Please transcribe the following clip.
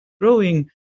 growing